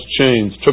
chains